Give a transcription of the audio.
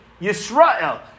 Yisrael